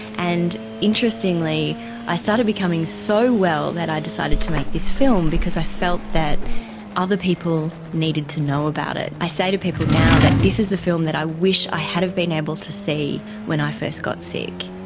and interestingly i started becoming so well that i decided to make this film because i felt that other people needed to know about it. i say to people now that this is the film i wish i had have been able to see when i first got sick.